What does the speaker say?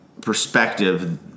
perspective